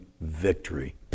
victory